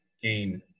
gain